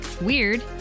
weird